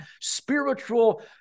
spiritual